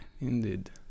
Indeed